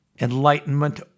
Enlightenment